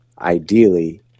Ideally